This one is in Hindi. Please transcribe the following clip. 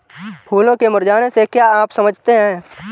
फूलों के मुरझाने से क्या आप समझते हैं?